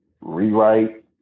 rewrite